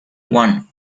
one